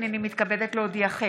הינני מתכבדת להודיעכם,